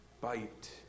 Bite